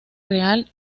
real